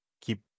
keep